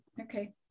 Okay